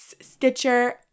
Stitcher